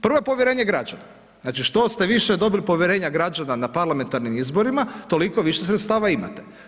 Prvo je povjerenje građana, znači što ste više dobili povjerenja građana na parlamentarnim izborima toliko više sredstava imate.